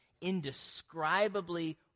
indescribably